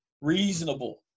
Reasonable